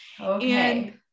Okay